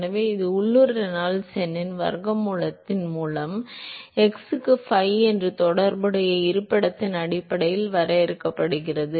எனவே இது உள்ளூர் ரெனால்ட்ஸ் எண்ணின் வர்க்க மூலத்தின் மூலம் x க்கு 5 என்பது தொடர்புடைய இருப்பிடத்தின் அடிப்படையில் வரையறுக்கப்படுகிறது